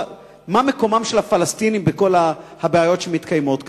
מה מקום הפלסטינים בכל הבעיות שמתקיימות כאן.